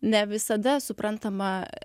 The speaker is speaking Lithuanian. ne visada suprantama